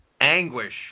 Anguish